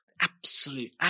Absolute